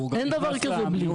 אין דבר כזה בלי.